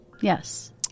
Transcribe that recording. Yes